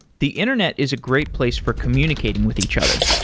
the internet is a great place for communicating with each other.